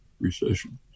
recession